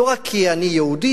לא רק כי אני יהודי,